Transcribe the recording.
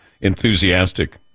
enthusiastic